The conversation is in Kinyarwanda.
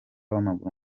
wamaguru